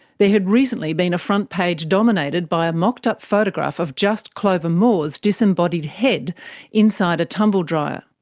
there had recently been a front page dominated by a mocked-up photograph of just clover moore's disembodied head inside a tumble dryer.